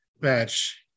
match